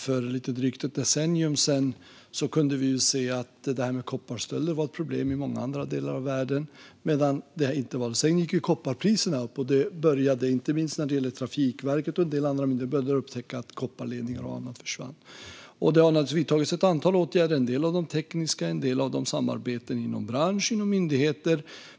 För lite drygt ett decennium sedan kunde vi se att det var ett problem med kopparstölder i många andra delar av världen. Sedan gick kopparpriserna upp, och inte minst Trafikverket och en del andra började upptäcka att kopparledningar och annat försvann. Det har naturligtvis vidtagits ett antal åtgärder. En del av dem är tekniska. En del av dem handlar om samarbeten inom branschen och inom myndigheter.